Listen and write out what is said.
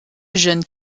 jeune